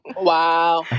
Wow